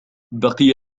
بقي